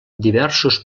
diversos